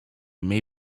may